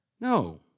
No